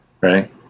right